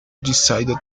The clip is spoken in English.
decided